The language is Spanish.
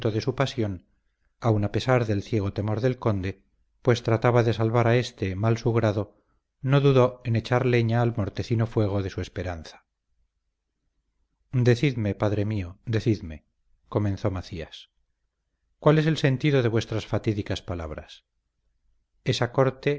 de su pasión aun a pesar del ciego temor del conde pues trataba de salvar a éste mal su grado no dudó en echar leña al mortecino fuego de su esperanza decidme padre mío decidme comenzó macías cuál es el sentido de vuestras fatídicas palabras esa corte